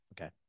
Okay